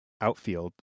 outfield